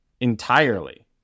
entirely